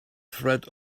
threat